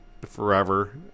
forever